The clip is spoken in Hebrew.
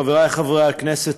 חברי חברי הכנסת,